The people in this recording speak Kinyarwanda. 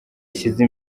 ashyize